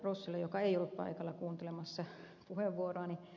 rossille joka ei ollut paikalla kuuntelemassa puheenvuoroani